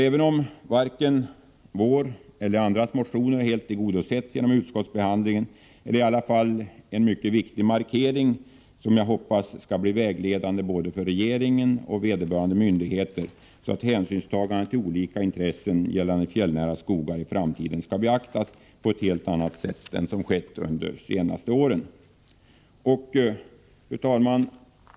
Även om varken vår eller andras motioner helt tillgodosetts genom utskottsbehandlingen är i alla fall utskottsbetänkandet en mycket viktig markering, som jag hoppas skall bli vägledande för både regeringen och vederbörande myndigheter, så att hänsynstagande till olika intressen gällande fjällnära skogar i framtiden skall beaktas på ett helt annat sätt än som skett under de senaste åren. Fru talman!